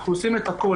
אנחנו עושים את הכול.